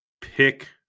pick